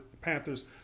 Panthers